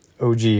OG